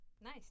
Nice